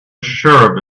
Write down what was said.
sure